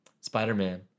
Spider-Man